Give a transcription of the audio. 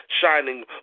shining